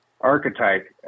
archetype